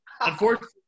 Unfortunately